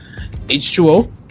h2o